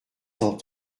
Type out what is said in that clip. cent